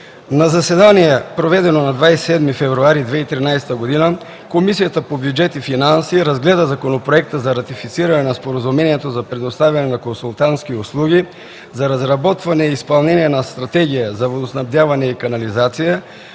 На заседание, проведено на 27 февруари 2013 г., Комисията по бюджет и финанси разгледа Законопроекта за ратифициране на Споразумението за предоставяне на консултантски услуги за разработване и изпълнение на Стратегия за водоснабдяване и канализация